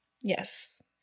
Yes